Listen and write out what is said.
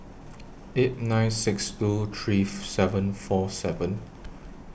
eight nine six two three seven four seven